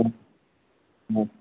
हँ